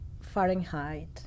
Fahrenheit